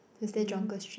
is there Jonker Street